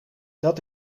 dat